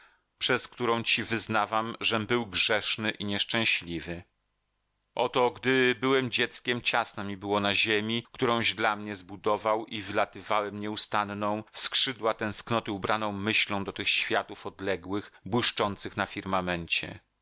przez którą ci wyznawam żem był grzeszny i nieszczęśliwy oto gdy byłem dzieckiem ciasno mi było na ziemi którąś dla mnie zbudował i wylatywałem nieustanną w skrzydła tęsknoty ubraną myślą do tych światów odległych błyszczących na firmamencie